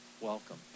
welcome